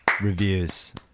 reviews